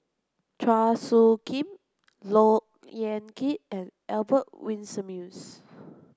Chua Soo Khim Look Yan Kit and Albert Winsemius